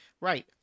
Right